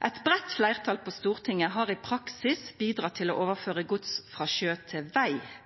Eit breitt fleirtal på Stortinget har i praksis bidrege til å overføra gods frå sjø til veg.